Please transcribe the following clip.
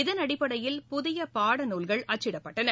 இதன் அடிப்படையில் புதிய பாடநூல்கள் அச்சிடப்பட்டன